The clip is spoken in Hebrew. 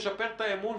נשפר את האימון,